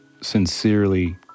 sincerely